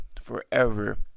forever